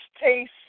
taste